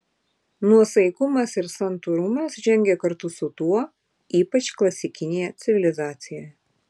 nuosaikumas ir santūrumas žengė kartu su tuo ypač klasikinėje civilizacijoje